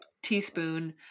Teaspoon